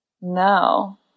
No